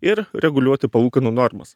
ir reguliuoti palūkanų normas